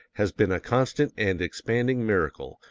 has been a constant and expanding miracle,